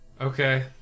Okay